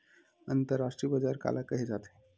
अंतरराष्ट्रीय बजार काला कहे जाथे?